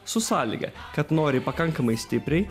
su sąlyga kad nori pakankamai stipriai